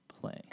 Play